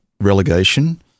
relegation